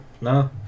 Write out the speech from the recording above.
No